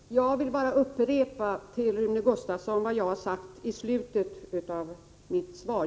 Herr talman! Jag vill bara upprepa för Rune Gustavsson vad jag sade i slutet av mitt svar.